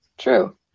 true